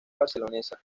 barcelonesa